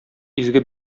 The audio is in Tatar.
изге